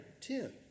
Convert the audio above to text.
ten